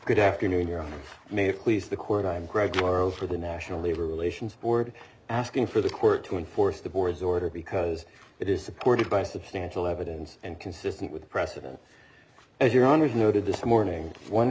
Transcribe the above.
good afternoon your honor may have please the court i'm greg morrow for the national labor relations board asking for the court to enforce the board's order because it is supported by substantial evidence and consistent with precedent as your honour's noted this morning one